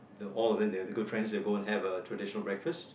the all of them they're the good friends they'll go and have a traditional breakfast